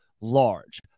large